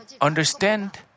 understand